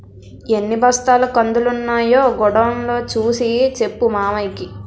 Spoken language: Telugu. ఎన్ని బస్తాల కందులున్నాయో గొడౌన్ లో సూసి సెప్పు మావయ్యకి